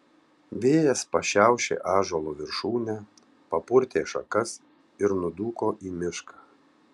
vėjas pašiaušė ąžuolo viršūnę papurtė šakas ir nudūko į mišką